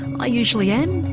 i usually am,